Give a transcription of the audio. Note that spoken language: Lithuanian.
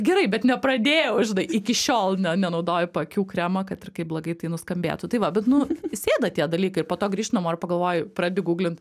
gerai bet nepradėjau ir iki šiol ne nenaudoju paakių kremo kad ir kaip blogai tai nuskambėtų tai va bet nu įsėda tie dalykai ir po to grįšti namo ir pagalvoji pradedi guglint